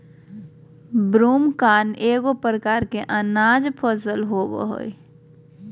broomcorn एगो प्रकार के अनाज फसल होबो हइ